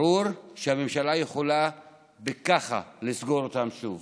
ברור שהממשלה יכולה ככה לסגור אותם שוב.